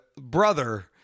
brother